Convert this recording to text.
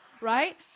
right